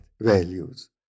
values